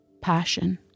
Passion